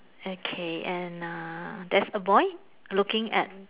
okay and a there's a boy looking at